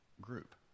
group